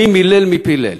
מי מילל, מי פילל,